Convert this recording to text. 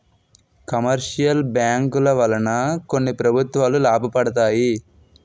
commercial బ్యాంకుల వలన కొన్ని ప్రభుత్వాలు లాభపడతాయి